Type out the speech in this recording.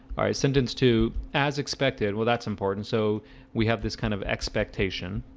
all right sentence two as expected. well that's important. so we have this kind of expectation